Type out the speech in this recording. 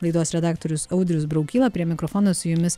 laidos redaktorius audrius braukyla prie mikrofono su jumis